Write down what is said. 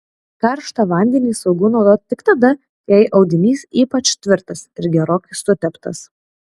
karštą vandenį saugu naudoti tik tada jei audinys ypač tvirtas ir gerokai suteptas